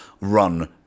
run